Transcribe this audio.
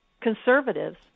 conservatives